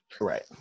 right